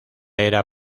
era